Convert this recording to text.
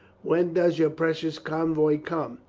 when does your precious convoy come?